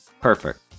Perfect